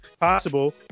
possible